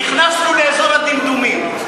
נכנסנו לאזור הדמדומים.